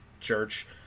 church